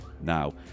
now